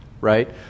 right